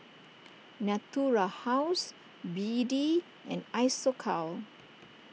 Natura House B D and Isocal